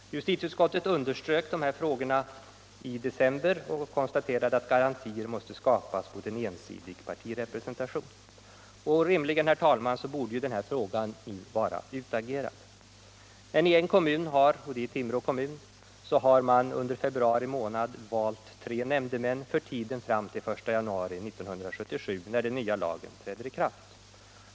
Justitieutskottet underströk de här synpunkterna i december och konstaterade att garantier måste skapas mot en ensidig partirepresentation. Rimligen, herr talman, borde den här frågan nu vara utagerad. Men i en kommun — Timrå — har man under februari månad valt tre nämndemän för tiden fram till den 1 januari 1977, när den nya lagen träder i kraft.